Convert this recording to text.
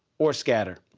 or scatter.